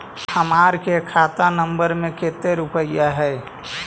हमार के खाता नंबर में कते रूपैया है?